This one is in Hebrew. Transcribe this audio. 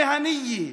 במקצועיות,